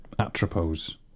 Atropos